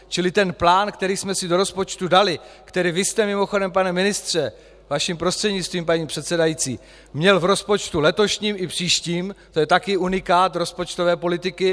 Čili plán, který jsme si do rozpočtu dali, který vy jste mimochodem, pane ministře, vaším prostřednictvím, paní předsedající, měl v rozpočtu letošním i příštím, to je taky unikát rozpočtové politiky!